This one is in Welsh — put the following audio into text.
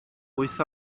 wyth